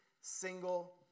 single